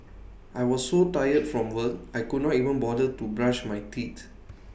I was so tired from work I could not even bother to brush my teeth